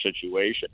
situation